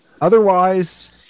Otherwise